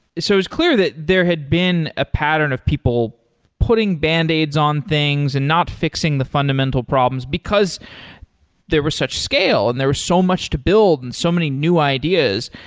so it was clear that there had been a pattern of people putting band-aids on things and not fixing the fundamental problems because there were such scale and there so much to build and so many new ideas.